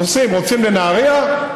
רוצים לנהריה,